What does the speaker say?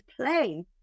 play